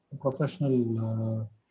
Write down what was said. professional